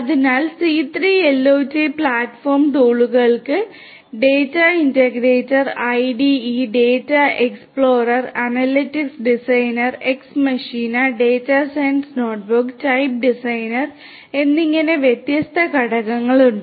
അതിനാൽ C3 IoT platform ടൂളുകൾക്ക് data integrator IDE data explorer എന്നിങ്ങനെ വ്യത്യസ്ത ഘടകങ്ങളുണ്ട്